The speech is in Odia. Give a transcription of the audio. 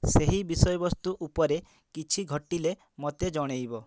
ସେହି ବିଷୟବସ୍ତୁ ଉପରେ କିଛି ଘଟିଲେ ମୋତେ ଜଣେଇବ